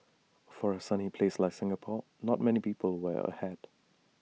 for A sunny place like Singapore not many people wear A hat